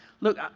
Look